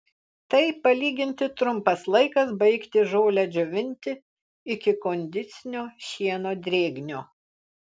tai palyginti trumpas laikas baigti žolę džiovinti iki kondicinio šieno drėgnio